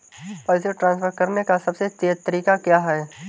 पैसे ट्रांसफर करने का सबसे तेज़ तरीका क्या है?